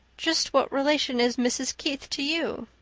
just what relation is mrs. keith to you?